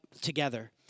together